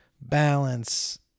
balance